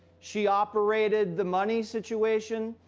she operated the money situation.